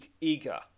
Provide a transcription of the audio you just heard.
eager